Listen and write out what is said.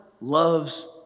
loves